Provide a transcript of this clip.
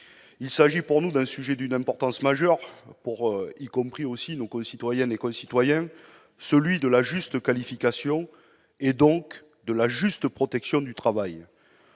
Il s'agit, selon nous, d'un sujet d'une importance majeure pour nos concitoyennes et nos concitoyens : c'est celui de la juste qualification et donc de la juste protection du travail.